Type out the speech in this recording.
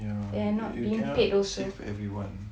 ya you cannot save everyone